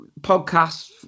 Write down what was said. podcast